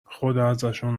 خداازشون